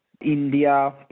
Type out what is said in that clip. India